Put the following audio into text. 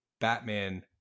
Batman